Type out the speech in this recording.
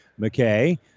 McKay